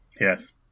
yes